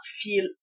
feel